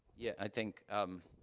yeah, i think, um